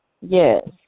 Yes